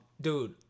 Dude